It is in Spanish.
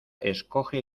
escoge